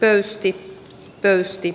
pöysti pöysti